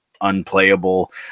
unplayable